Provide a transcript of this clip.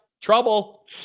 Trouble